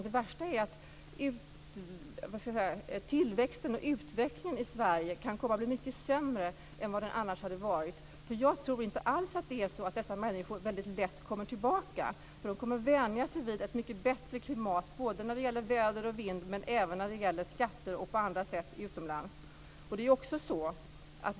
Det värsta är att tillväxten och utvecklingen i Sverige kan komma att bli mycket sämre än vad den annars hade varit. Jag tror inte alls att dessa människor väldigt lätt kommer tillbaka, för de kommer att vänja sig vid ett mycket bättre klimat både när det gäller väder och vind men även när det gäller skatter och annat utomlands.